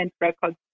Records